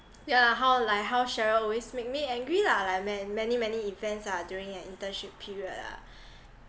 ya lah how like how cheryl always make me angry lah like ma~ many many events ah during your internship period ah